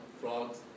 frogs